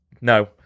No